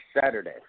Saturday